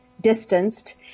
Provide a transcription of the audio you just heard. distanced